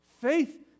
Faith